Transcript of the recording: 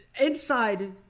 inside